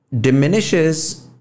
Diminishes